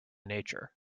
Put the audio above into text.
nature